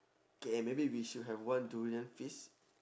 K eh maybe we should have one durain feast